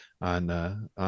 on